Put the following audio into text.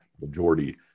majority